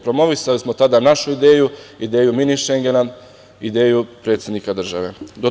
Promovisali smo tada našu ideju, ideju Mini šengena, ideju predsednika države.